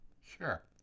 Sure